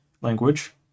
language